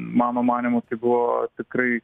mano manymu tai buvo tikrai